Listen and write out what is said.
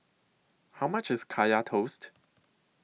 How much IS Kaya Toast